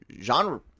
genre